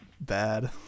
Bad